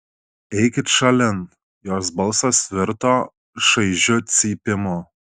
eikit šalin jos balsas virto šaižiu cypimu